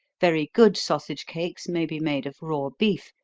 very good sausage-cakes may be made of raw beef,